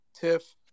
Tiff